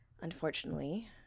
Unfortunately